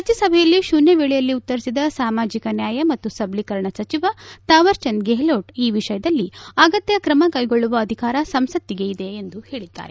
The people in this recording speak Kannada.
ರಾಜ್ಸಭೆಯಲ್ಲಿ ಶೂನ್ಯವೇಳೆಯಲ್ಲಿ ಉತ್ತರಿಸಿದ ಸಾಮಾಜಿಕ ನ್ವಾಯ ಮತ್ತು ಸಬಲೀಕರಣ ಸಚಿವ ತಾವರ್ಚಂದ್ ಗೆಹ್ಲೋಟ್ ಈ ವಿಷಯದಲ್ಲಿ ಅಗತ್ಯ ಕ್ರಮ ಕೈಗೊಳ್ಳುವ ಅಧಿಕಾರ ಸಂಸತ್ತಿಗೆ ಎಂದು ಹೇಳಿದ್ದಾರೆ